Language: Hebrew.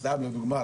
סתם לדוגמא,